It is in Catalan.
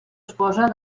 esposa